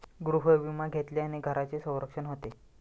गृहविमा घेतल्याने घराचे संरक्षण होते